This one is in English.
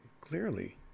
clearly